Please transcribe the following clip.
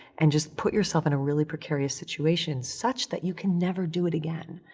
and just put yourself in a really precarious situation such that you can never do it again.